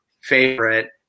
favorite